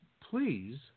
please